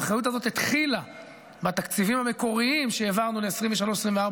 האחריות הזאת התחילה בתקציבים המקוריים שהעברנו ל-2023 2024,